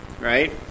right